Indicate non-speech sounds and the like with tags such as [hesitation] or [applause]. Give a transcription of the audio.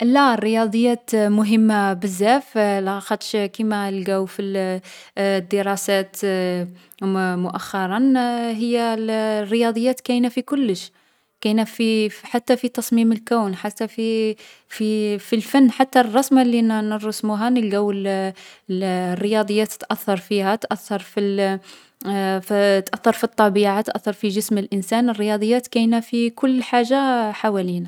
لا، الرياضيات مهمة بزاف لاخاطش كيما لقاو في الـ [hesitation] الدراسات [hesitation] مـ مؤخرا هي الـ الرياضيات كاينة في كلش كاينة في حتى في تصميم الكون حتى في [hesitation] فـ في الفن حتى الرسمة لي نـ نرسموها نلقاو الـ [hesitation] الـ الرياضيات تأثر فيها تأثر في الـ [hesitation] فـ تأثر في الطبيعة تأثر في جسم الانسان. الرياضيات كاينة في كل حاجة حوالينا.